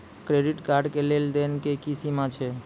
Credit card के लेन देन के की सीमा छै?